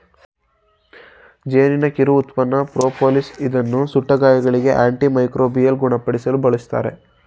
ಜೇನಿನ ಕಿರು ಉತ್ಪನ್ನ ಪ್ರೋಪೋಲಿಸ್ ಇದನ್ನು ಸುಟ್ಟ ಗಾಯಗಳಿಗೆ, ಆಂಟಿ ಮೈಕ್ರೋಬಿಯಲ್ ಗುಣಪಡಿಸಲು ಬಳ್ಸತ್ತರೆ